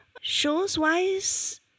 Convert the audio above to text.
Shows-wise